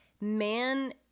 man